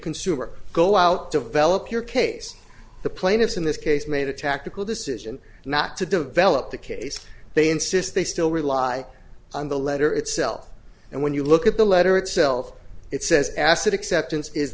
consumer go out develop your case the plaintiffs in this case made a tactical decision not to develop the case they insist they still rely on the letter itself and when you look at the letter itself it says acid acceptance is